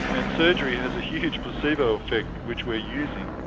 and surgery has a huge placebo effect, which we're using.